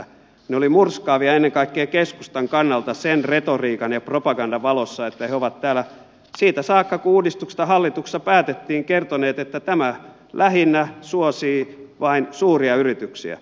ne olivat murskaavia ennen kaikkea keskustan kannalta sen retoriikan ja propagandan valossa että he ovat täällä siitä saakka kun uudistuksesta hallituksessa päätettiin kertoneet että tämä lähinnä suosii vain suuria yrityksiä